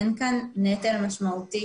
אין כאן נטל משמעותי